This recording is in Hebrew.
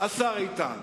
השר איתן.